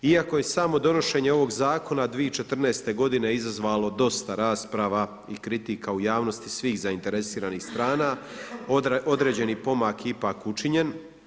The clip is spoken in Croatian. Iako je samo donošenje ovoga zakona 2014. godine izazvalo dosta rasprava i kritika u javnosti svih zainteresiranih strana, određeni pomak ipak je učinjen.